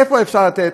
איפה אפשר לתת